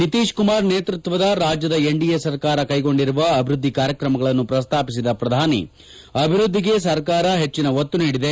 ನಿತೀಶ್ ಕುಮಾರ್ ನೇತೃತ್ವದ ರಾಜ್ಯದ ಎನ್ಡಿಎ ಸರ್ಕಾರ ಕೈಗೊಂಡಿರುವ ಅಭಿವೃದ್ಧಿ ಕಾರ್ಯಕ್ರಮಗಳನ್ನು ಪ್ರಸ್ತಾಪಿಸಿದ ಪ್ರಧಾನಿ ಅಭಿವೃದ್ಧಿಗೆ ಸರ್ಕಾರ ಹೆಚ್ಚಿನ ಒತ್ತು ನೀಡಿದೆ